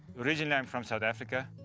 originally i'm from south africa.